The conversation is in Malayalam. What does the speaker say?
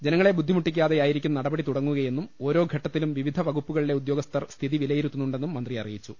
ജനങ്ങളെ ബുദ്ധിമു ട്ടിക്കാതെയായിരിക്കും നടപടി തുടങ്ങുകയെന്നും ഓരോ ഘട്ട ത്തിലും വിവിധ വകുപ്പുകളിലെ ഉദ്യോഗസ്ഥർ സ്ഥിതി വിലയിരു ത്തന്നുണ്ടെന്നും മന്ത്രി അറിയിച്ചു